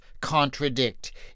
contradict